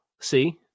see